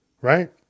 right